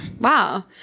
Wow